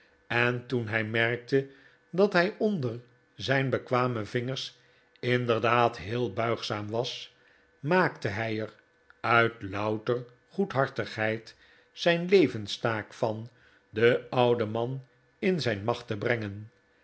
en toen hij merkte dat hij onder zijn bekwame vingers inderdaad heel buigzaam was maakte hij er uit louter goedhartigheid zijn levenstaak van den ouden man in zijn macht te brengen